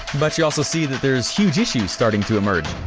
but you also see that there's huge issues starting to emerge